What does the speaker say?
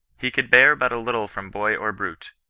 he could bear but little from boy or brute,